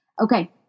Okay